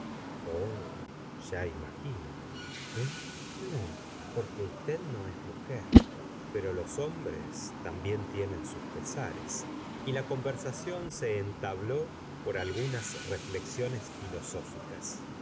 ya imagino eh no porque usted no es mujer pero los hombres tienen también sus pesares y la conversación se entabló por algunas reflexiones filosóficas